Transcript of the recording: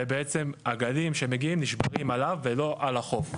ובעצם הגלים שמגיעים נשברים עליו ולא על החוף.